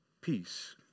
peace